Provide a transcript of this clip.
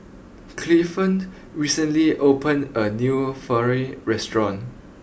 Clifton recently opened a new Falafel restaurant